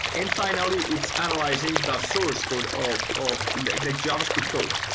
and finally, it's analyzing the source code of of the the javascript code.